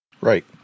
right